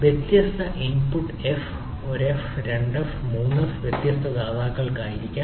വ്യത്യസ്ത input F ഒരു F രണ്ട് എഫ് മൂന്ന് എഫ് മൂന്ന് വ്യത്യസ്ത ദാതാക്കൾക്കായിരിക്കാം